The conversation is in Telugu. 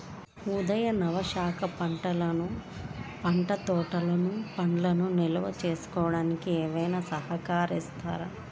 ఉద్యానవన శాఖ వాళ్ళు పండ్ల తోటలు పండ్లను నిల్వ చేసుకోవడానికి ఏమైనా సహకరిస్తారా?